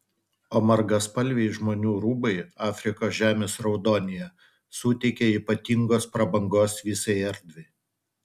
o margaspalviai žmonių rūbai afrikos žemės raudonyje suteikia ypatingos prabangos visai erdvei